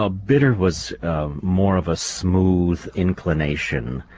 ah bitter was more of a smooth inclination.